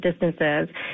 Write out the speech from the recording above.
distances